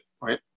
right